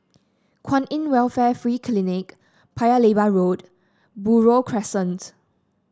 Kwan In Welfare Free Clinic Paya Lebar Road Buroh Crescents